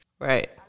Right